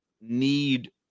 need